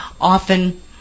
often